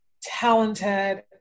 talented